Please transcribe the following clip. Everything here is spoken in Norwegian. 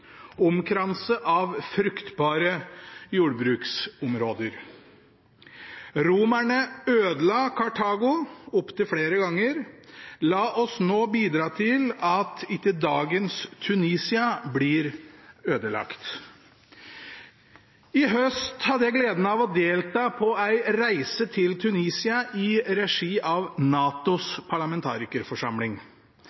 av fruktbare jordbruksområder. Romerne ødela Kartago opptil flere ganger. La oss nå bidra til at dagens Tunisia ikke blir ødelagt. I høst hadde jeg gleden av å delta på en reise til Tunisia i regi av NATOs